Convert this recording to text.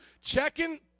checking